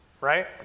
Right